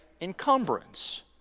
encumbrance